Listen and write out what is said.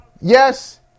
yes